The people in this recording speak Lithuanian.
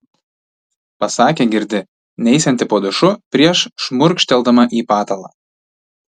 pasakė girdi neisianti po dušu prieš šmurkšteldama į patalą